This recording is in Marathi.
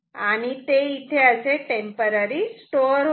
आणि ते इथे असे टेम्पररी स्टोअर होते